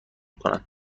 کنم